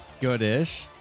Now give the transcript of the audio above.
Good-ish